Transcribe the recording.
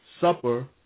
Supper